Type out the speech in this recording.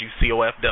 UCOFW